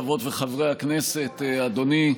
חברות וחברי הכנסת, אדוני,